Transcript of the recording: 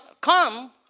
come